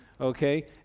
Okay